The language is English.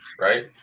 right